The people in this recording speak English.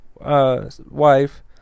wife